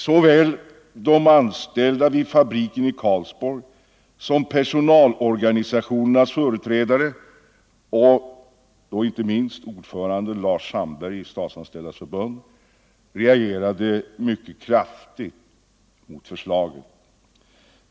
Såväl de anställda vid fabriken i Karlsborg som personalorganisationernas företrädare, och inte minst ordföranden Lars Sandberg i Statsanställdas förbund, reagerade mycket kraftigt mot förslaget.